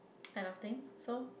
kind of thing so